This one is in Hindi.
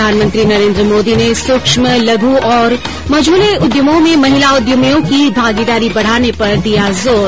प्रधानमंत्री नरेन्द्र मोदी ने सूक्ष्म लघु और मझौले उद्यमों में महिला उद्यमियों की भागीदारी बढ़ाने पर दिया जोर